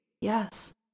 Yes